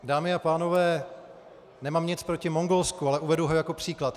Dámy a pánové, nemám nic proti Mongolsku, ale uvedu ho jako příklad.